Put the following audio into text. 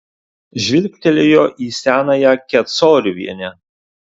žvilgtelėjo į senąją kecoriuvienę